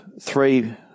three